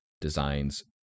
designs